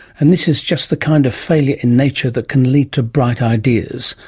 and this is just the kind of failure in nature that can lead to bright ideas,